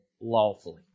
lawfully